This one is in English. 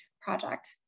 project